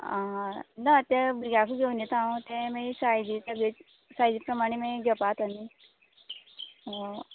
आं ना ते भुरग्याकूच घेवन येता हांव ते मागीर सायजी सगळे सायजी प्रमाणे मागीर घेवपा आतां न्ही हय